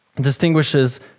distinguishes